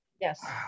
yes